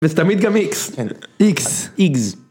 וזה תמיד גם איקס, כן, איקס איגז.